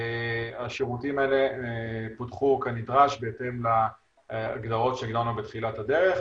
השירותים האלה פותחו כנדרש בהתאם להגדרות שהגדרנו בתחילת הדרך,